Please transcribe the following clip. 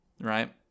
right